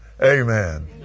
Amen